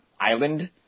island